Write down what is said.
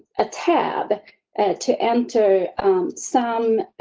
a tab to enter some,